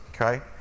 Okay